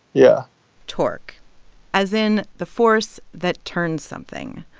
yeah torque as in the force that turns something.